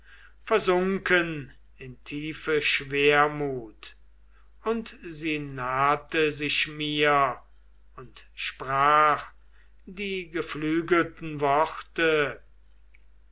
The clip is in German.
versunken in tiefe schwermut und sie nahte sich mir und sprach die geflügelten worte